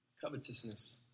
covetousness